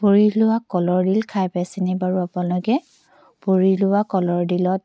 পুৰি লোৱা কলৰ ডিল খাই পাইছেনে বাৰু আপোনালোকে পুৰি লোৱা কলৰ ডিলত